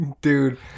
Dude